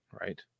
right